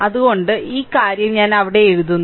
അതിനാൽ ഈ കാര്യം ഞാൻ അവിടെ എഴുതുന്നു